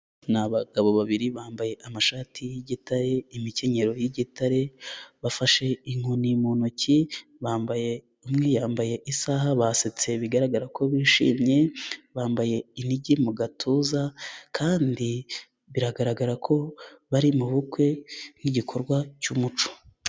Ni abagabo babiri bambaye amashati y'igitare, imikenyero y'igitare, bafashe inkoni mu ntoki, bambaye umwe yambaye isaha basetse, bigaragara ko bishimye bambaye inigi mu gatuza kandi biragaragara ko bari mu bukwe nk'igikorwa cy'umuco.